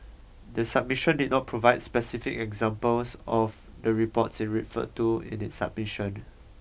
the submission did not provide specific examples of the reports it referred to in its submission